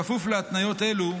בכפוף להתניות אלו,